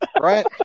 right